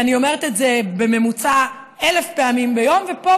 אני אומרת את זה בממוצע אלף פעמים ביום ופה